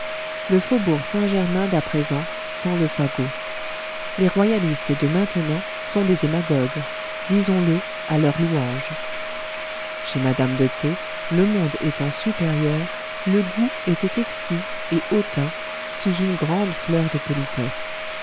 le faubourg saint-germain d'à présent sent le fagot les royalistes de maintenant sont des démagogues disons-le à leur louange chez madame de t le monde étant supérieur le goût était exquis et hautain sous une grande fleur de politesse